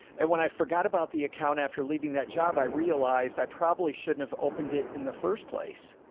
and when i forgot about the account after leaving that job, i realized i probably shouldn't have opened it in the first place.